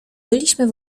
byliśmy